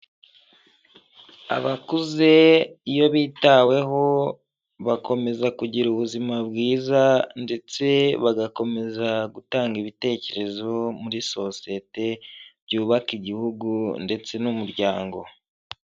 Abakuze iyo bitaweho bakomeza kugira ubuzima bwiza ndetse bagakomeza gutanga ibitekerezo muri sosiyete byubaka igihugu ndetse n'umuryango.